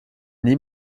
nie